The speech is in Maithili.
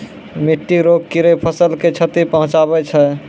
मिट्टी रो कीड़े फसल के क्षति पहुंचाबै छै